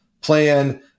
plan